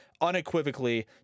unequivocally